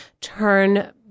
turn